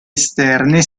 esterne